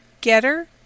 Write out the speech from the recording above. Getter